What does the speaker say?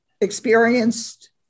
experienced